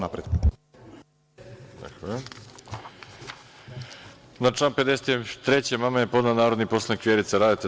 Na član 53. amandman je podnela narodni poslanik Vjerica Radeta.